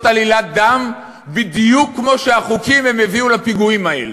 עלילת דם בדיוק כמו שהחוקים הביאו לפיגועים האלה?